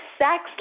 sex